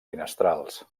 finestrals